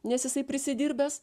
nes jisai prisidirbęs